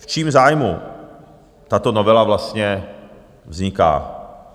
V čím zájmu tato novela vlastně vzniká?